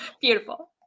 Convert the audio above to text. Beautiful